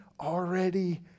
already